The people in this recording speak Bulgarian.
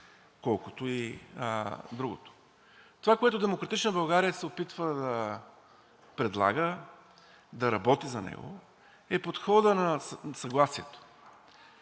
колкото и другото. Това, което „Демократична България“ се опитва да предлага, да работи за него, е подходът на съгласието.